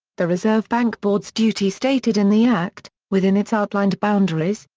the reserve bank board's duty stated in the act, within its outlined boundaries,